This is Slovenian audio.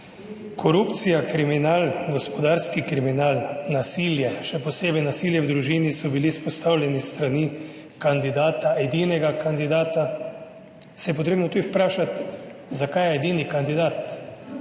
Korupcija, kriminal, gospodarski kriminal, nasilje, še posebej nasilje v družini so bili izpostavljeni s strani kandidata – edinega kandidata. Potrebno se je tudi vprašati, zakaj je edini kandidat.